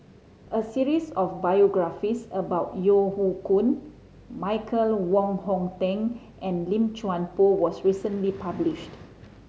a series of biographies about Yeo Hoe Koon Michael Wong Hong Teng and Lim Chuan Poh was recently published